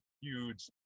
huge